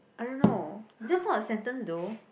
I don't know that's not a sentence though